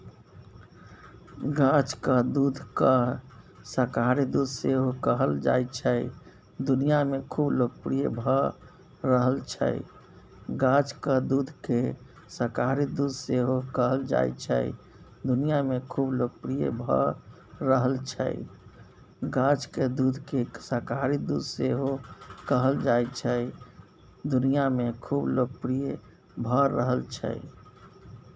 गाछक दुधकेँ शाकाहारी दुध सेहो कहल जाइ छै दुनियाँ मे खुब लोकप्रिय भ रहल छै